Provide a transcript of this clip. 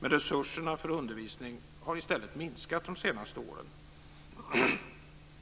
Men resurserna för undervisning har i stället minskat de senaste åren.